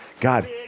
God